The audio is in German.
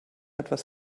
etwas